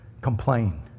complain